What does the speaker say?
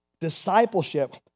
Discipleship